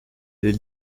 les